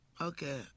Okay